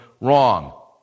wrong